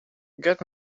get